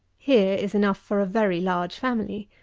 here is enough for a very large family.